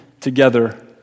together